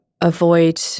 avoid